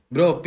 Bro